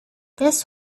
this